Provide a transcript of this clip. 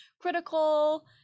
critical